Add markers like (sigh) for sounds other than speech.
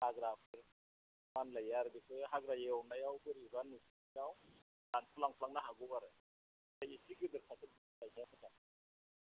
हाग्रा मानलायो आरो बेखो हाग्रा एवनायाव बेयाव गाखोलांफ्लांनो हागौ आरो (unintelligible)